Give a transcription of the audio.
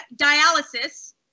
dialysis